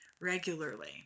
regularly